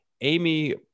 Amy